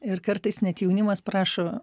ir kartais net jaunimas prašo